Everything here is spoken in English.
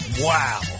Wow